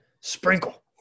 Sprinkle